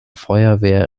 feuerwehr